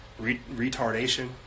retardation